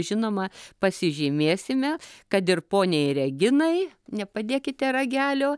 žinoma pasižymėsime kad ir poniai reginai nepadėkite ragelio